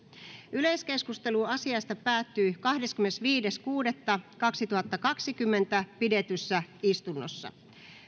yleiskeskustelu asiasta päättyi kahdeskymmenesviides kuudetta kaksituhattakaksikymmentä pidetyssä täysistunnossa